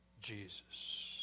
Jesus